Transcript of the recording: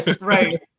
Right